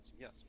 yes